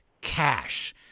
cash